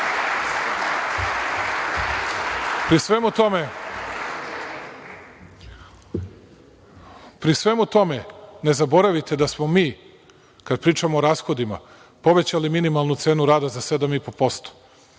svemu tome, ne zaboravite da smo mi, kada pričamo o rashodima, povećali minimalnu cenu rada za 7,5%,